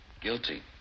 Guilty